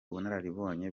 ubunararibonye